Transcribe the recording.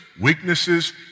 weaknesses